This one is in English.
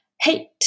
hate